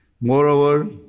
Moreover